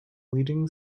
leading